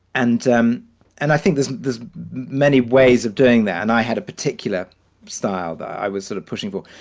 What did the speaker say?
and um and i think there's there's many ways of doing that. and i had a particular style that i was sort of pushing for.